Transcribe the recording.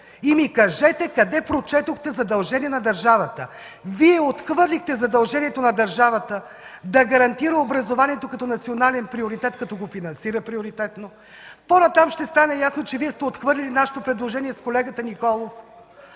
и ми кажете къде прочетохте задължение на държавата? Вие отхвърлихте задължението на държавата да гарантира образованието като национален приоритет, като го финансира приоритетно. По-натам ще стане ясно, че сте отхвърлили нашето предложение с колегата Николов